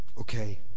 Okay